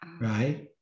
Right